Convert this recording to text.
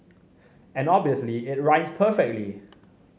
and obviously it rhymes perfectly